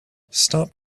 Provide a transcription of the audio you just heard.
stop